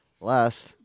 last